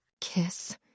Kiss